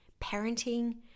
parenting